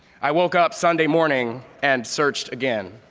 i woke up sunday morning and searched again.